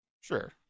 Sure